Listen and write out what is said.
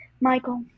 Michael